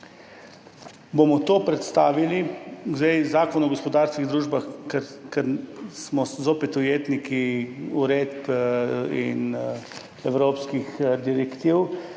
način to predstavili. Zakon o gospodarskih družbah, ker smo zopet ujetniki uredb in evropskih direktiv,